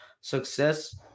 success